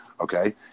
okay